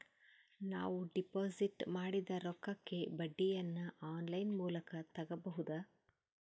ನಾವು ಡಿಪಾಜಿಟ್ ಮಾಡಿದ ರೊಕ್ಕಕ್ಕೆ ಬಡ್ಡಿಯನ್ನ ಆನ್ ಲೈನ್ ಮೂಲಕ ತಗಬಹುದಾ?